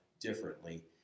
differently